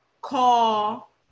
call